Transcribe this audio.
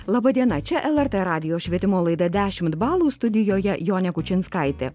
laba diena čia lrt radijo švietimo laida dešimt balų studijoje jonė kučinskaitė